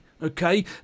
Okay